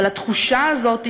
אבל התחושה הזאת,